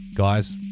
guys